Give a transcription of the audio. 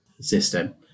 system